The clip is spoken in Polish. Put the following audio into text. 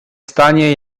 stanie